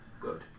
Good